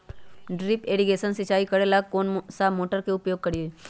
Drip irrigation सिंचाई करेला कौन सा मोटर के उपयोग करियई?